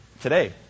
today